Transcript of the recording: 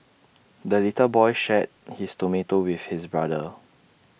the little boy shared his tomato with his brother